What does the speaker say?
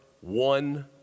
one